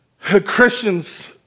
Christians